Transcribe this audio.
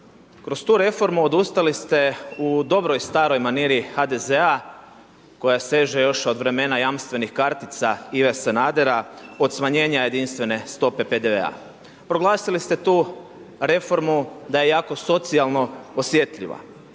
Kroz tu reformu odustali ste u dobroj staroj maniri HDZ-a koja seže još od vremena jamstvenih kartica Ive Sanadera, od smanjenja jedinstvene stope PDV-a. Proglasili ste tu reformu da je jako socijalno osjetljiva.